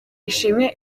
ishimwe